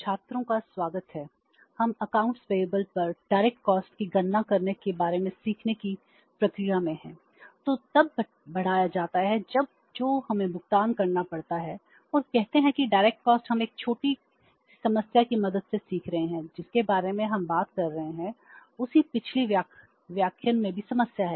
छात्रों का स्वागत है हम अकाउंट्स पेबल हम एक छोटी सी समस्या की मदद से सीख रहे हैं जिसके बारे में हम बात कर रहे थे उसी पिछले व्याख्यान में भी समस्या है